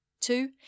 Two